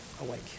awake